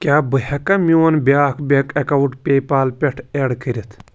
کیٛاہ بہٕ ہٮ۪کا میون بیٛاکھ بیٚنٛک اٮ۪کاوُنٹ پے پال پٮ۪ٹھ اٮ۪ڈ کٔرِتھ